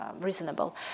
reasonable